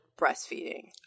breastfeeding